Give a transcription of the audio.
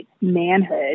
manhood